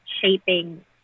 shaping